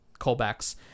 callbacks